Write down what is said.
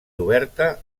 oberta